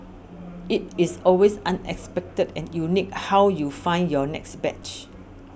it is always unexpected and unique how you find your next badge